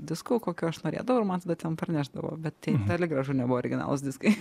diskų kokių aš norėdavau ir man tada ten parnešdavo bet tai toli gražu nebuvo originalūs diskai